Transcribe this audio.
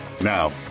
Now